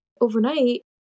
overnight